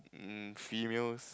um females